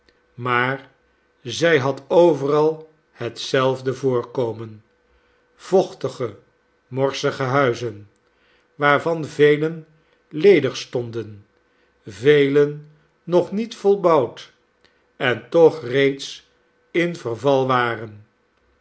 maar zij had overal hetzelfde voorkomen vochtige morsige huizen waarvan velen ledig stonden velen nog niet volbouwd en toch reeds in verval waren